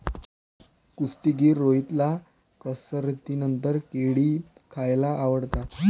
कुस्तीगीर रोहितला कसरतीनंतर केळी खायला आवडतात